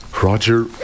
Roger